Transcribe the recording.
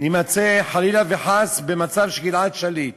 נימצא חלילה וחס במצב של גלעד שליט